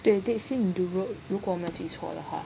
对 Dead Sea in Europe 如果没记错的话